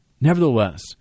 Nevertheless